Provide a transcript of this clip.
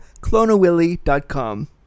clonawilly.com